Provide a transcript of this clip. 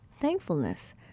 thankfulness